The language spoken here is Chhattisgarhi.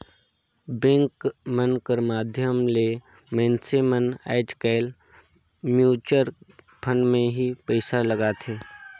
बेंक मन कर माध्यम ले मइनसे मन आएज काएल म्युचुवल फंड में ही पइसा लगाथें